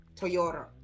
toyota